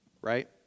right